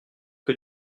que